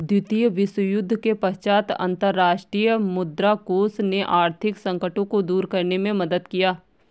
द्वितीय विश्वयुद्ध के पश्चात अंतर्राष्ट्रीय मुद्रा कोष ने आर्थिक संकटों को दूर करने में मदद किया